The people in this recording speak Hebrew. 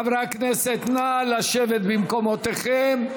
חברי הכנסת, נא לשבת במקומותיכם.